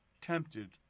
tempted